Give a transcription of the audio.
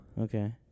Okay